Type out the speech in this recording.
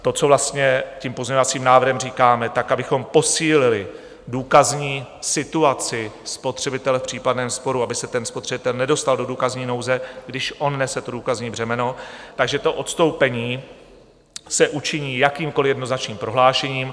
To, co vlastně tím pozměňovacím návrhem říkáme, abychom posílili důkazní situaci spotřebitele v případném sporu, aby se spotřebitel nedostal do důkazní nouze, když on nese to důkazní břemeno, takže odstoupení se učiní jakýmkoliv jednoznačným prohlášením.